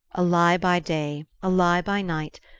a lie by day, a lie by night,